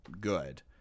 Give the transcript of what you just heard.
good